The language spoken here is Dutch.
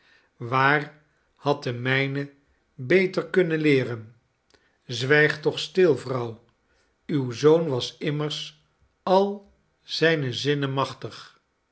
waar had de mijne beter kunnen leeren zwijg toch stil vrouw uw zoon was immers al zijne zinnen machtig